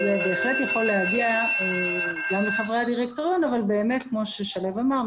זה בהחלט יכול להגיע לחברי הדירקטוריון אבל באמת כמו ששלו בראנץ אמר,